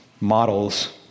models